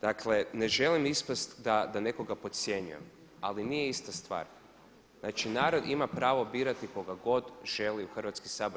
Dakle, ne želim ispasti da nekoga podcjenjujem ali nije ista stvar, znači narod ima pravo birati koga god želi u Hrvatski sabor.